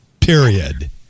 period